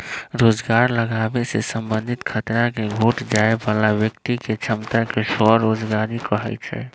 रोजगार लागाबे से संबंधित खतरा के घोट जाय बला व्यक्ति के क्षमता के स्वरोजगारी कहै छइ